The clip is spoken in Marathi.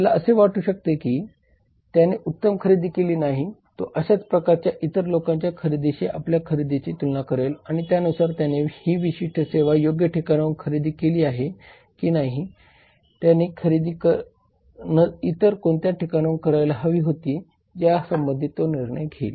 त्याला असे वाटू लागेल की त्याने उत्तम खरेदी केली नाही आणि तो अशाच प्रकारच्या इतर लोकांच्या खरेदीशी आपल्या खरेदीची तुलना करेल आणि त्यानुसार त्याने ही विशिष्ट सेवा योग्य ठिकाणाहून खरेदी केली आहे की नाही कि त्याने ही खरेदी इतर कोणत्या ठिकाणाहून करायला हवी होती या संबंधी तो निर्णय घेईल